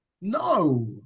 No